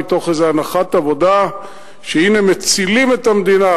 מתוך איזו הנחת עבודה שהנה מצילים את המדינה,